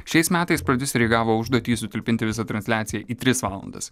šiais metais prodiuseriai gavo užduotį sutalpinti visą transliaciją į tris valandas